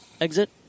exit